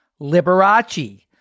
Liberace